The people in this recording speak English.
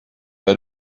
had